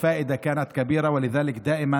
לכן תמיד,